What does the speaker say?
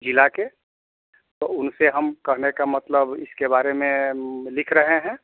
ज़िले के तो उन से हम कहने का मतलब इसके बारे में लिख रहे हैं